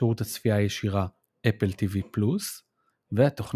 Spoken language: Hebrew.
שירות הצפייה הישירה Apple TV+ והתוכנות